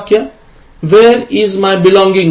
Where is my belongings